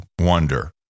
wonder